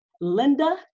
Linda